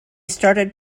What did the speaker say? started